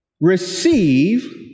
receive